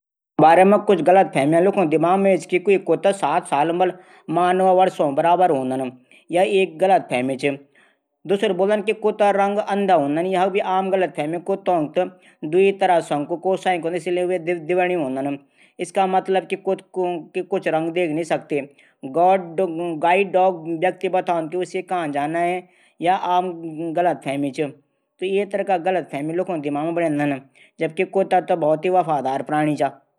कुत्तों बार मां कुछ आम गलतफहमियां इन छन कि सात साल मां इसान का वर्षों बराबर हूंदन। य एक गलत फैमी च दूशरू बुलद की कुता रंग अंधा हूदन।